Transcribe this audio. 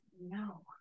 no